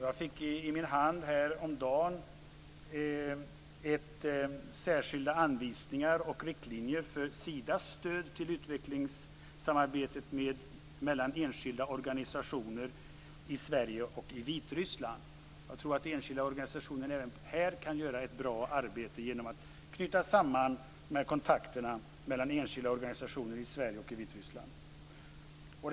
Jag fick i min hand häromdagen särskilda anvisningar och riktlinjer för Sidas stöd till utvecklingssamarbetet mellan enskilda organisationer i Sverige och i Vitryssland. Jag tror att enskilda organisationer även här kan göra ett bra arbete genom att knyta samman kontakterna mellan enskilda organisationer i Sverige och i Vitryssland.